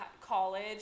college